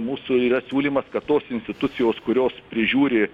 mūsų yra siūlymas kad tos institucijos kurios prižiūri